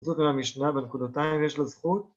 זאת המשנה בנקודתיים יש לזה זכות.